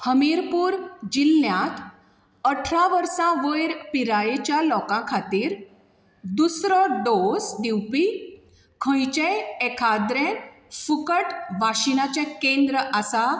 हमीरपूर जिल्ल्यांत अठरा वर्सां वयर पिरायेच्या लोकां खातीर दुसरो डोस दिवपी खंयचेंय एखाद्रें फुकट वाशिनाचें केंद्र आसा